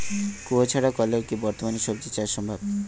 কুয়োর ছাড়া কলের কি বর্তমানে শ্বজিচাষ সম্ভব?